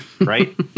right